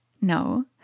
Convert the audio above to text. No